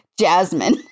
Jasmine